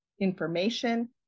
information